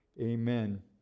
Amen